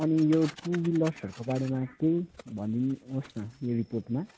अनि यो टु विलर्सहरूकोबारेमा केही भनिदिनुहोस् न यो रिपोर्टमा